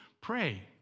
pray